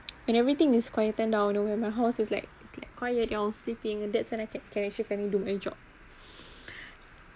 and everything is quiet and down where my house is like like quiet they all sleeping that's when I can can actually do my job